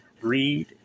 read